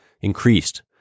increased